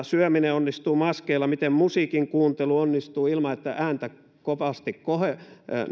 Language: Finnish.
syöminen onnistuu maskeilla ja miten musiikin kuuntelu onnistuu ilman että ääntä kovasti